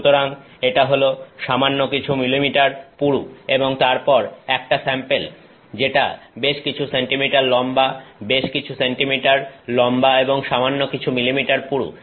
সুতরাং এটা হল সামান্য কিছু মিলিমিটার পুরু এবং তারপর একটা স্যাম্পেল যেটা বেশকিছু সেন্টিমিটার লম্বা বেশকিছু সেন্টিমিটার লম্বা এবং সামান্য কিছু মিলিমিটার পুরু